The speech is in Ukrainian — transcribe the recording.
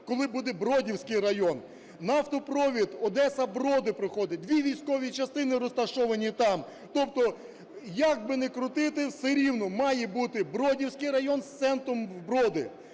коли буде Бродівський район. Нафтопровід Одеса-Броди проходить, дві військові частини розташовані там. Тобто як би не крути, все рівно, має бути Бродівський район з центром Броди.